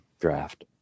draft